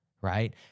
Right